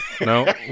no